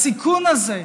בסיכון הזה.